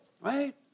right